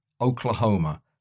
Oklahoma